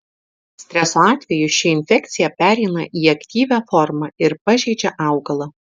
streso atveju ši infekcija pereina į aktyvią formą ir pažeidžia augalą